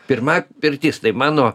pirma pirtis tai mano